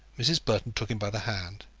mrs. burton took him by the hand.